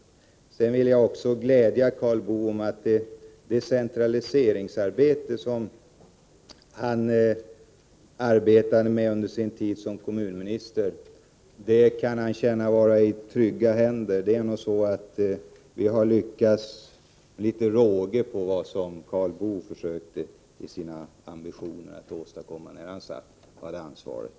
Måndagen den Sedan vill jag glädja Karl Boo med att det decentraliseringsarbete som han 10 juni 1985 höll på med under sin tid som kommunminister kan han känna vara i trygga händer. Vi har lyckats med litet råge med det som Karl Boo försökte att Den offentliga åstadkomma när han hade ansvaret.